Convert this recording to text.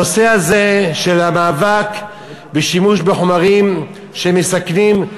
הנושא הזה של המאבק בשימוש בחומרים שמסכנים,